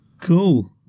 Cool